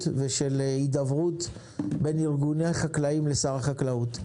ושל הידברות בין ארגוני חקלאים לשר החקלאות.